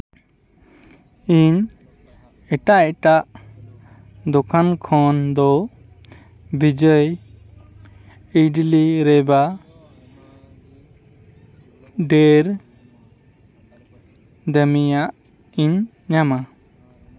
ᱤᱧ ᱮᱴᱟᱜ ᱮᱴᱟᱜ ᱫᱚᱠᱟᱱ ᱠᱷᱚᱱ ᱫᱚ ᱵᱤᱡᱚᱭ ᱤᱰᱞᱤ ᱨᱮᱵᱟ ᱰᱷᱮᱨ ᱫᱟᱢᱤᱭᱟᱜ ᱤᱧ ᱧᱟᱢᱟ